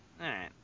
right